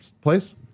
place